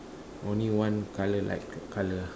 only one colour like colour ah